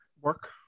Work